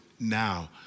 now